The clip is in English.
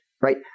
right